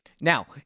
now